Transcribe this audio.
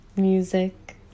music